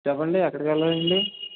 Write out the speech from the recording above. చెప్పండి ఎక్కడికి వెళ్ళాలి అండి